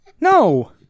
No